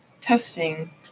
testing